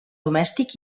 domèstic